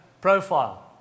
profile